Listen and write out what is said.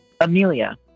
Amelia